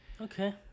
okay